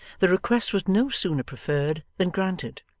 the request was no sooner preferred, than granted.